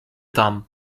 tam